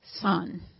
son